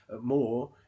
more